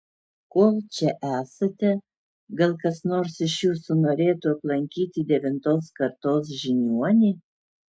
kol čia esate gal kas nors iš jūsų norėtų aplankyti devintos kartos žiniuonį